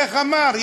איך אמר?